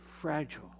fragile